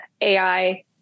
AI